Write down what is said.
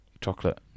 chocolate